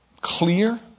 clear